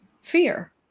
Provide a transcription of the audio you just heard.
Fear